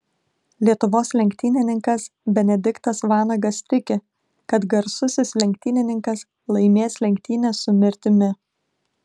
lietuvos lenktynininkas benediktas vanagas tiki kad garsusis lenktynininkas laimės lenktynes su mirtimi